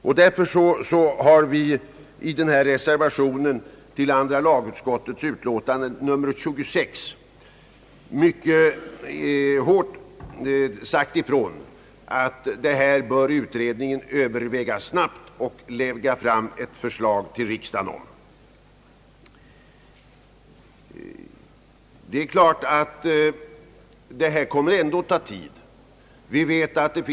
Det är anledningen till att vi i reservationen I till andra lagutskottets utlåtande nr 26 mycket kraftigt strukit under att utredningen mycket snabbt bör överväga dessa frågor och lägga fram förslag till riksdagen om åtgärder med anledning därav. Det är klart att det ändå kommer att ta tid innan ett förslag kommer.